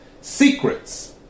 secrets